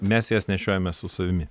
mes jas nešiojamės su savimi